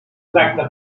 tracte